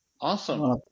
Awesome